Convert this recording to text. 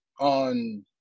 on